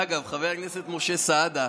דרך אגב, חבר הכנסת משה סעדה,